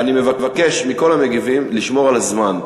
אני מבקש מכל המגיבים לשמור על הזמן.